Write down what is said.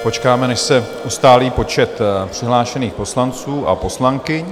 Počkáme, než se ustálí počet přihlášených poslanců a poslankyň.